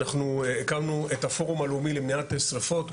הקמנו את הפורום הלאומי למניעת שריפות.